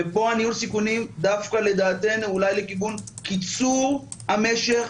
ופה ניהול הסיכונים דווקא לדעתנו אולי לכיוון קיצור המשך.